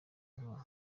nka